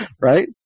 right